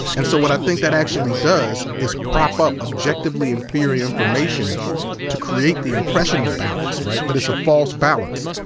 and so what i think that actually does is prop up objectively inferior information to create the impression of balance. but it's a false balance.